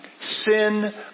sin